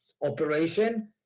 operation